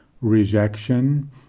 Rejection